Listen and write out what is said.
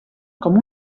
com